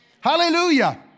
Hallelujah